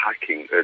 hiking